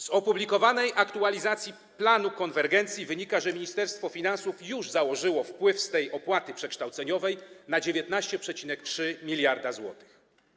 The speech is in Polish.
Z opublikowanej aktualizacji planu konwergencji wynika, że Ministerstwo Finansów już założyło wpływ z tej opłaty przekształceniowej w wysokości 19,3 mld zł.